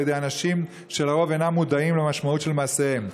על ידי אנשים שלרוב אינם מודעים למשמעות של מעשיהם.